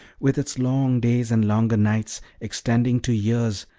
with its long days and longer nights, extending to years,